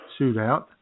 shootout